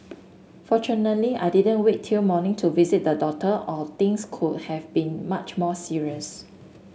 fortunately I didn't wait till morning to visit the doctor or things could have been much more serious